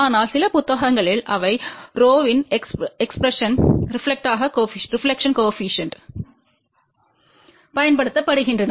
ஆனால் சில புத்தகங்களில் அவை ரோவின் எக்ஸ்பிரஸன்டை ரெப்லக்டெட்ப்பாகப் கோஏபிசிஎன்ட் பயன்படுத்துகின்றன